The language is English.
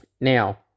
Now